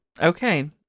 Okay